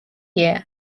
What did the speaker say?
year